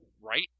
Right